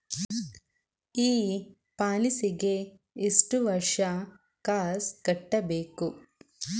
ಈ ಪಾಲಿಸಿಗೆ ಎಷ್ಟು ವರ್ಷ ಕಾಸ್ ಕಟ್ಟಬೇಕು?